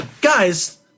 guys